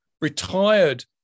retired